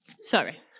sorry